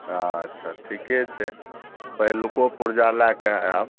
अच्छा ठीके छै पहिलुको पूर्जा लै कऽ आएब